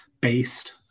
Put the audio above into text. based